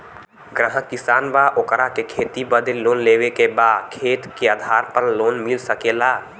ग्राहक किसान बा ओकरा के खेती बदे लोन लेवे के बा खेत के आधार पर लोन मिल सके ला?